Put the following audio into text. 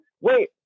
Wait